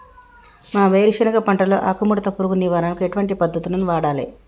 మా వేరుశెనగ పంటలో ఆకుముడత పురుగు నివారణకు ఎటువంటి పద్దతులను వాడాలే?